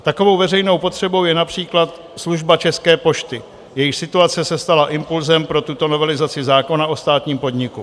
Takovou veřejnou potřebou je například služba České pošty, jejíž situace se stala impulzem pro tuto novelizaci zákona o státním podniku.